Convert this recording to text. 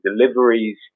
deliveries